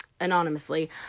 anonymously